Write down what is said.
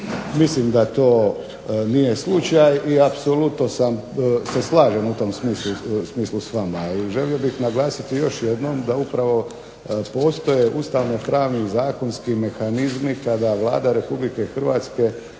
Mislim da to nije slučaj i apsolutno se slažem u tom smislu s vama. Želio bih naglasiti još jednom da upravo postoje ustavno-pravni zakonski mehanizmi kada Vlada Republike Hrvatske